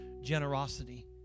generosity